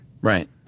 Right